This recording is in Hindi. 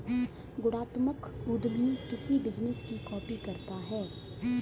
गुणात्मक उद्यमी किसी बिजनेस की कॉपी करता है